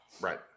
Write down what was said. Right